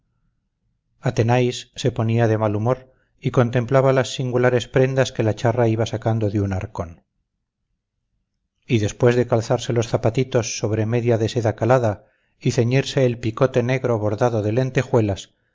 athenais se ponía de mal humor y contemplaba las singulares prendas que la charra iba sacando de un arcón y después de calzarse los zapatitos sobre media de seda calada y ceñirse el picote negro bordado de lentejuelas